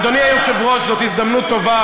אדוני היושב-ראש, זאת הזדמנות טובה.